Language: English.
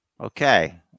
okay